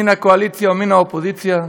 מן הקואליציה ומן האופוזיציה,